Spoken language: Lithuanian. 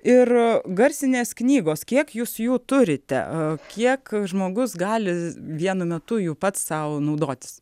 ir garsinės knygos kiek jūs jų turite kiek žmogus gali vienu metu jų pats sau naudotis